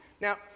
now